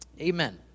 amen